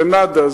זה נאדה,